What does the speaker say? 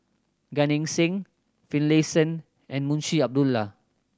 Gan Eng Seng Finlayson and Munshi Abdullah